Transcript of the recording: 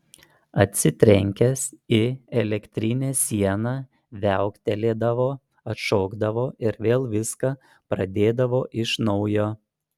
atsitrenkęs į elektrinę sieną viauktelėdavo atšokdavo ir vėl viską pradėdavo iš naujo